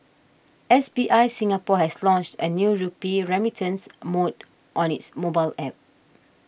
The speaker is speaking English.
S B I Singapore has launched a new rupee remittance mode on its mobile App